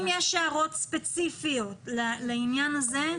אם יש הערות ספציפיות לעניין הזה,